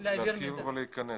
להתחיל ולהיכנס.